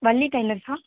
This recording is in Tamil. வள்ளி டெய்லர்ஸ்ஸா